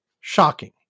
shocking